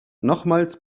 nochmals